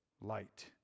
Light